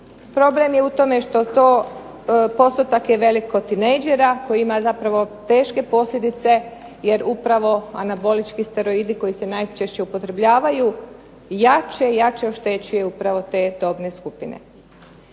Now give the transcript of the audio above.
mlađe sportaše, postotak je velik kod tinejdžera koji imaju zapravo teške posljedice, jer upravo anabolički steroidi koji se upotrebljavaju jače i jače oštećuje upravo te dobne skupine.